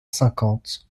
cinquante